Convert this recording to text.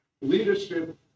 Leadership